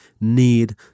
need